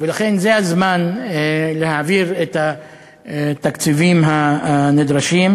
ולכן, זה הזמן להעביר את התקציבים הנדרשים.